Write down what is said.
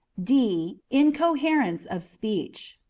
d. incoherence of speech.